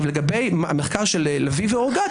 לגבי המחקר של לביא ואורגד,